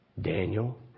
Daniel